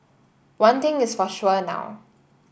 one thing is for sure now